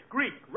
Greek